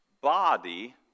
body